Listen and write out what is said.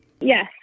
Yes